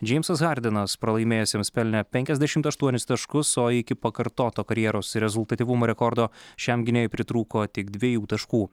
džeimsas hardinas pralaimėjusiems pelnė penkiasdešimt aštuonis taškus o iki pakartoto karjeros rezultatyvumo rekordo šiam gynėjui pritrūko tik dviejų taškų